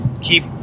keep